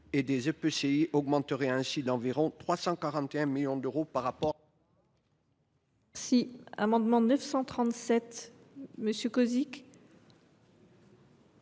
et des EPCI augmenterait ainsi d’environ 341 millions d’euros par rapport à 2024.